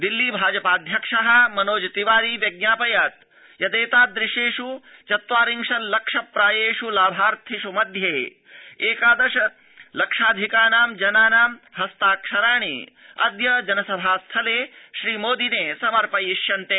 दिल्ली भाजपाऽध्यक्ष मनोज तिवारी व्यज्ञापयत् यदेतादृशेष् चत्वारिशल्लक्ष प्रायेष् लाभर्थिष् एकादश लक्षाधिकानां जनानां हस्ताक्षराणि अद्य जनसभास्थाने श्रीमोदिने समर्पयिष्यन्ते